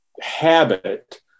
habit